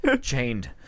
chained